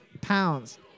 pounds